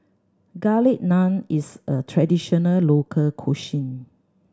Garlic Naan is a traditional local cuisine